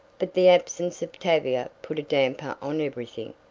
but the absence of tavia put a damper on everything.